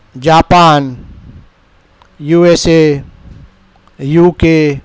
Japan USA UK